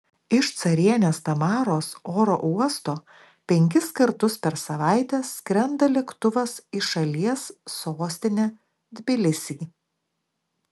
iš carienės tamaros oro uosto penkis kartus per savaitę skrenda lėktuvas į šalies sostinę tbilisį